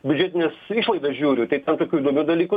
biudžetines išlaidas žiūriu tai ten tokių įdomių dalykų